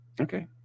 Okay